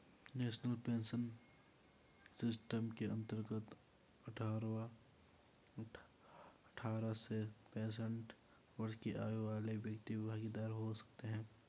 national pension system के अंतर्गत अठारह से पैंसठ वर्ष की आयु वाले व्यक्ति भागीदार हो सकते हैं